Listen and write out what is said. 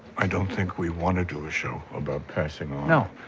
i don't think we want to do a show about passing on. no,